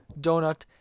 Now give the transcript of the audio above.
donut